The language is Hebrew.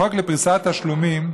החוק לפריסת תשלומים,